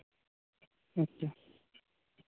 ᱟᱪᱪᱷᱟ